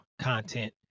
content